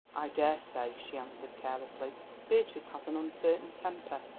i daresay, she answered carelessly beatrice has an uncertain temper.